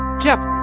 geoff, um